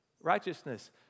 righteousness